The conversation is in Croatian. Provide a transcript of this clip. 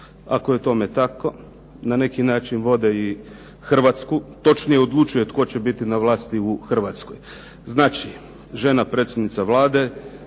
ako je tome tako na neki način vode i Hrvatsku, točnije odlučuje tko će biti na vlasti u Hrvatskoj. Znači žena predsjednica Vlade,